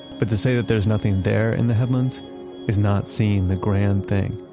but to say that there's nothing there in the headlands is not seeing the grand thing.